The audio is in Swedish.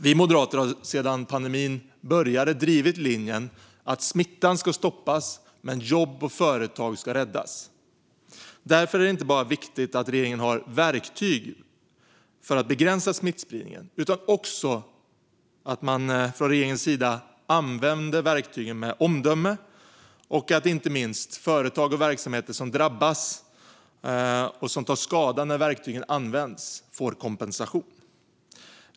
Vi moderater har sedan pandemin började drivit linjen att smittan ska stoppas men jobb och företag räddas. Därför är det viktigt inte bara att regeringen har verktyg för att begränsa smittspridningen utan också att man från regeringens sida använder verktygen med omdöme och inte minst att företag och verksamheter som drabbas och tar skada när verktygen används får kompensation.